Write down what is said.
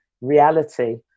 reality